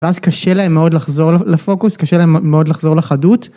ואז קשה להם מאוד לחזור לפוקוס, קשה להם מאוד לחזור לחדות.